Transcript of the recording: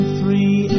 three